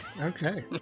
Okay